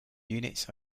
units